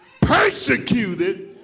persecuted